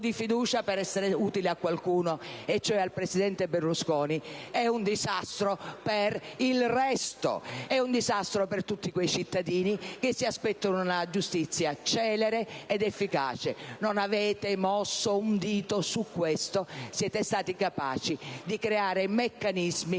di fiducia per essere utile a qualcuno, e cioè al presidente Berlusconi, è un disastro per il resto. È un disastro per tutti quei cittadini che si aspettano una giustizia celere ed efficace: non avete mosso un dito su questo; siete stati capaci di creare meccanismi